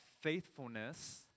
faithfulness